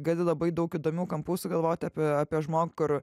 gali labai daug įdomių kampų sugalvoti apie apie žmogų kur